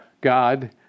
God